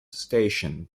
station